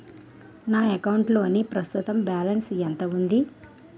నా అకౌంట్ లోని ప్రస్తుతం బాలన్స్ ఎంత ఉంది?